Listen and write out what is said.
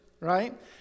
right